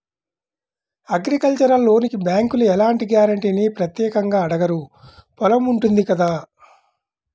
agricultural లోనుకి బ్యేంకులు ఎలాంటి గ్యారంటీనీ ప్రత్యేకంగా అడగరు పొలం ఉంటుంది కదా